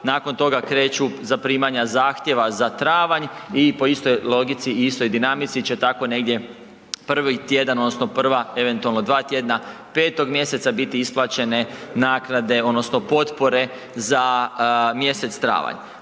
nakon toga kreću zaprimanja zahtjeva za travanj i po istoj logici i istoj dinamici će tako negdje prvi tjedan odnosno prva eventualno dva tjedna 5. mjeseca biti isplaćene naknade odnosno potpore za mjesec travanj.